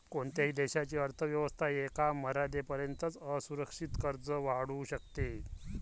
कोणत्याही देशाची अर्थ व्यवस्था एका मर्यादेपर्यंतच असुरक्षित कर्ज वाढवू शकते